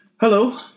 Hello